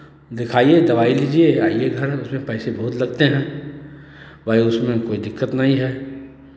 दिखाइए दवाई लीजिये आइए घर उसमें पैसे बहुत लगते हैं भाई उसमें कोई दिक्कत नहीं है